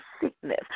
sickness